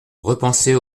repenser